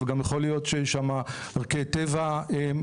אבל גם יכול להיות שיש שם דרכי טבע מיוחדות.